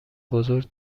بزرگ